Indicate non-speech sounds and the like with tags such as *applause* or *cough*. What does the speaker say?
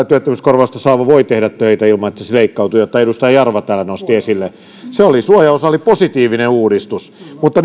*unintelligible* työttömyyskorvausta saava voi tehdä töitä ilman että se leikkautuu minkä edustaja jarva täällä nosti esille se suojaosa oli positiivinen uudistus mutta *unintelligible*